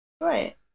right